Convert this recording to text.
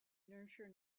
nurture